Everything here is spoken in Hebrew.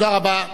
תודה רבה.